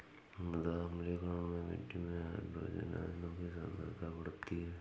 मृदा अम्लीकरण में मिट्टी में हाइड्रोजन आयनों की सांद्रता बढ़ती है